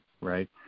right